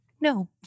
No